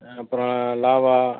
அப்புறம் லாவா